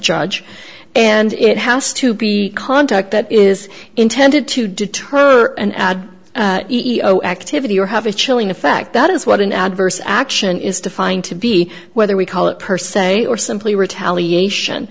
judge and it has to be conduct that is intended to deter and iau activity or have a chilling effect that is what an adverse action is defined to be whether we call it per se or simply retaliation